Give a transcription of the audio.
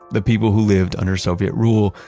the people who lived under soviet rule,